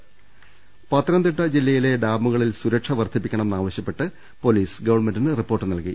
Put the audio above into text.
ദൃശ്ശ്മെ പത്തനംതിട്ട ജില്ലയിലെ ഡാമുകളിൽ സുരക്ഷ വർദ്ധിപ്പിക്കണമെന്നാവ ശ്യപ്പെട്ട് പൊലീസ് ഗവൺമെന്റിന് റിപ്പോർട്ട് നൽകി